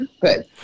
Good